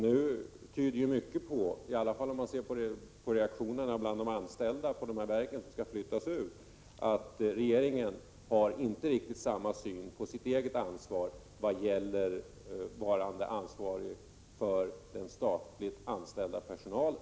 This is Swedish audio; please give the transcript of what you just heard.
Nu tyder mycket på, i varje fall om man ser till reaktionerna från de anställda på de verk som skall flyttas ut, att regeringen inte riktigt har samma syn på sitt eget ansvar som arbetsgivare för den statligt anställda personalen.